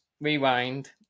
rewind